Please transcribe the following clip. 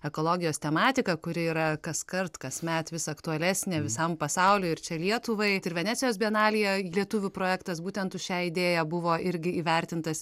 ekologijos tematika kuri yra kaskart kasmet vis aktualesnė visam pasauliui ir čia lietuvai ir venecijos bienalėje lietuvių projektas būtent už šią idėją buvo irgi įvertintas